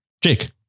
Jake